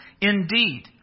indeed